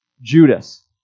Judas